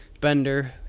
bender